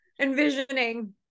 envisioning